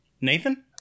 Nathan